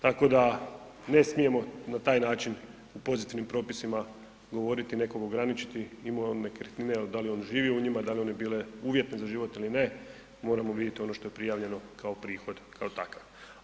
Tako da ne smijemo na taj način u pozitivnim propisima govoriti, nekom ograničiti imao on nekretnine ili da li on živio u njima, da li one bile uvjetne za život ili ne, moramo vidjeti ono što je prijavljeno kao prihod kao takav.